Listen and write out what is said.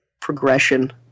progression